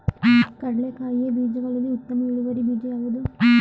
ಕಡ್ಲೆಕಾಯಿಯ ಬೀಜಗಳಲ್ಲಿ ಉತ್ತಮ ಇಳುವರಿ ಬೀಜ ಯಾವುದು?